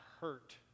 hurt